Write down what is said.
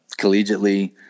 collegiately